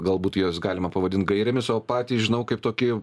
galbūt jas galima pavadint gairėmis o patį žinau kaip tokį